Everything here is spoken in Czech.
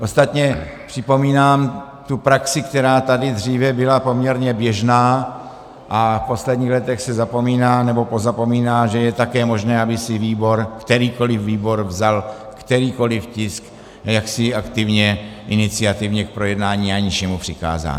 Ostatně připomínám tu praxi, která tady dříve byla poměrně běžná a v posledních letech se zapomíná, nebo pozapomíná, že je taky možné, aby si výbor, kterýkoliv výbor, vzal kterýkoliv tisk jaksi aktivně, iniciativně k projednání, aniž je mu přikázán.